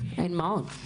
אין מעון.